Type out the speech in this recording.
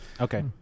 Okay